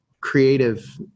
creative